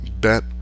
bet